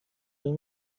اون